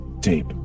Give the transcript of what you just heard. Tape